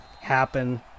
happen